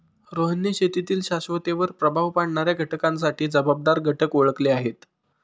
रोहनने शेतीतील शाश्वततेवर प्रभाव पाडणाऱ्या घटकांसाठी जबाबदार घटक ओळखले आहेत